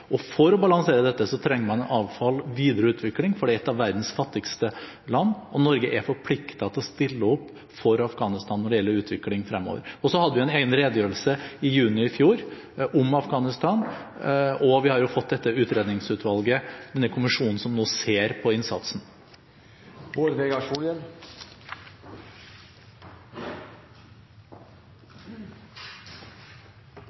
For å balansere dette trenger man iallfall videreutvikling, for det er et av verdens fattigste land, og Norge er forpliktet til å stille opp for Afghanistan når det gjelder utvikling fremover. Vi hadde også en egen redegjørelse i juni i fjor om Afghanistan, og vi har fått dette utredningsutvalget, denne kommisjonen, som nå ser på innsatsen.